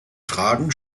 fragen